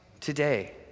today